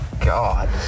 god